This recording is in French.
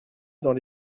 dans